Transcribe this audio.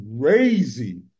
crazy